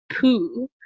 poo